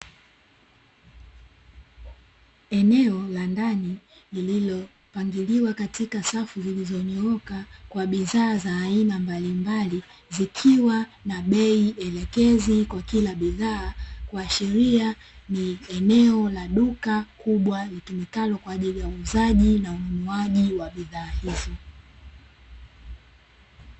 Eneo la ndani lililopangiliwa katika safu zilizonyooka kwa bidhaa za aina mbalimbali, zikiwa na bei elekezi kwa kila bidhaa kuashiria ni eneo la duka kubwa litumikalo kwa ajili ya uuzaji na ununuaji wa bidhaa hizo.